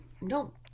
no